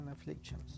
afflictions